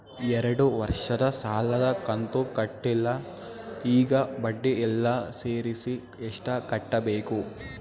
ಎರಡು ವರ್ಷದ ಸಾಲದ ಕಂತು ಕಟ್ಟಿಲ ಈಗ ಬಡ್ಡಿ ಎಲ್ಲಾ ಸೇರಿಸಿ ಎಷ್ಟ ಕಟ್ಟಬೇಕು?